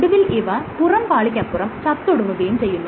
ഒടുവിൽ ഇവ പുറം പാളിക്കപ്പുറം ചത്തൊടുങ്ങുകയും ചെയ്യുന്നു